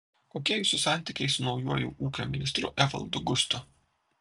kokie jūsų santykiai su naujuoju ūkio ministru evaldu gustu